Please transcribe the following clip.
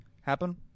happen